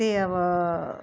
त्यही अब